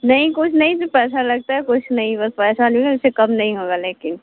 नहीं कुछ नहीं भी पैसा लगता है कुछ नहीं बस पैसा नहीं ऐसे कम नहीं होगा लेकिन